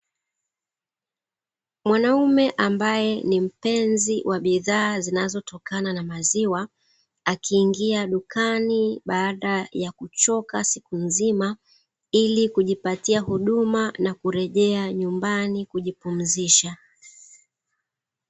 Mwanaume ambaye ni mpenzi wa bidhaa zinazo tokana na maziwa, akiingia dukani baada ya kuchoka siku nzima, ili kujipatia huduma na kurejea nyumbani kujipumzisha.